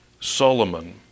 Solomon